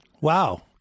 Wow